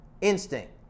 instinct